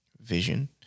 vision